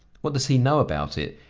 what does he know about it?